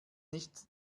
nicht